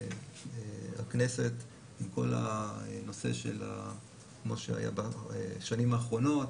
הכנסת עם כל הנושא כמו שהיה בשנים האחרונות,